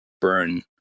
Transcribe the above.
burn